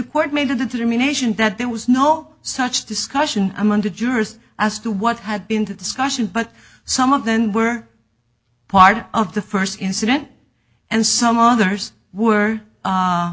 court made a determination that there was no such discussion among the jurors as to what had been the discussion but some of them were part of the first incident and some others were